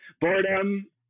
boredom